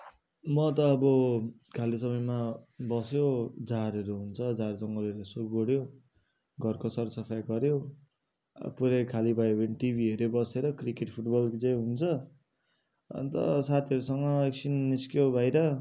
म त अब खाली समयमा बस्यो झारहरू हुन्छ झार जङ्गलहरू यसो गोड्यो घरको सर सफाइ गर्यो पुरा खाली भयो भने टिभी हेर्यो बसेर क्रिकेट फुट बल जे हुन्छ अन्त साथीहरूसँग एकछिन निस्क्यो बाहिर